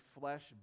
flesh